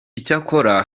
icyakora